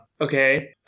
Okay